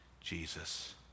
Jesus